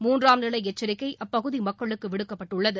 மூன்றாம் நிலை எச்சரிக்கை அப்பகுதி மக்களுக்கு விடுக்கப்பட்டுள்ளது